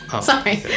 Sorry